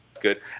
good